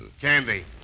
Candy